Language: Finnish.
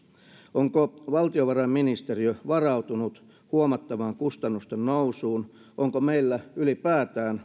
onko valtiovarainministeriö varautunut huomattavaan kustannusten nousuun onko meillä ylipäätään